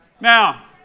Now